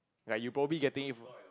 like you probably getting it